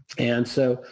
and so,